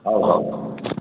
ହଉ ହଉ